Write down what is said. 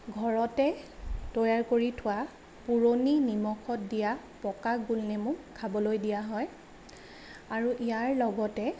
ঘৰতে তৈয়াৰ কৰি থোৱা পুৰণি নিমখত দিয়া পকা গোল নেমু খাবলৈ দিয়া হয় আৰু ইয়াৰ লগতে